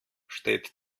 steht